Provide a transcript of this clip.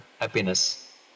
happiness